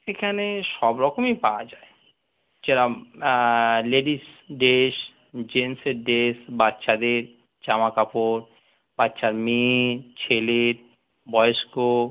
এখানে সব রকমই পাওয়া যায় যেরম লেডিস ড্রেস জেন্টসের ড্রেস বাচ্চাদের জামা কাপড় বাচ্চা মেয়ে ছেলের বয়স্ক